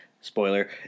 spoiler